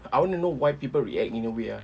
I want to know why people react in a way ah